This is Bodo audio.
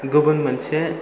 गुबुन मोनसे